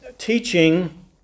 teaching